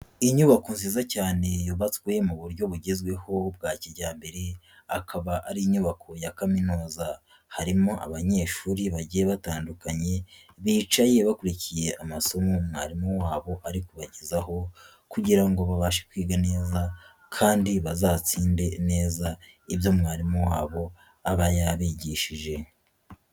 Inyubako nziza cyane yubatswe mu buryo bugezweho bwa kijyambere, akaba ari inyubako ya kaminuza. Harimo abanyeshuri bagiye batandukanye, bicaye bakurikiye amasomo mwarimu wabo ari kubagezaho kugira ngo babashe kwiga neza kandi bazatsinde neza, ibyo mwarimu wabo aba yabigishije.